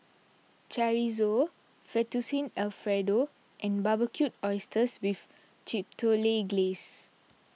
Chorizo Fettuccine Alfredo and Barbecued Oysters with Chipotle Glaze